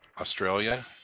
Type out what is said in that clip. australia